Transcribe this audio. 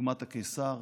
דוגמת הקיסר